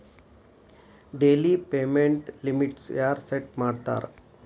daily payment ಲಿಮಿಟ್ನ ಯಾರ್ set ಮಾಡ್ತಾರಾ